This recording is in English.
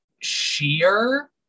sheer